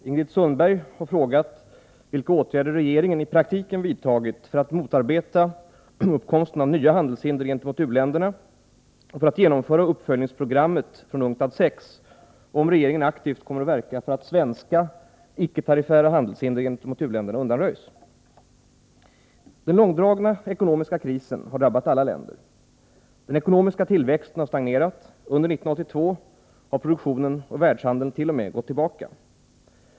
Herr talman! Ingrid Sundberg har frågat vilka åtgärder regeringen i praktiken vidtagit för att motarbeta uppkomsten av nya handelshinder gentemot u-länderna och för att genomföra uppföljningsprogrammet från UNCTAD VI, och om regeringen aktivt kommer att verka för att svenska, icke tariffära handelshinder gentemot u-länderna undanröjs. Den långdragna ekonomiska krisen har drabbat alla länder. Den ekonomiska tillväxten har stagnerat, och under 1982 har produktionen och världshandeln t.o.m. gått tillbaka.